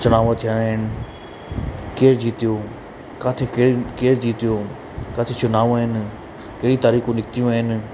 चुनाव थिया आहिनि केरु जीतियो किथे केरु जीतियो किथे चुनाव आहिनि कहिड़ी तारीख़ूं निकितियूं आहिनि